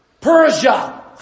Persia